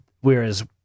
whereas